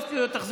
יתקרב לפה.